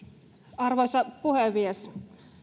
arvoisa puhemies